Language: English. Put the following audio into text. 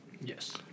Yes